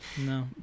No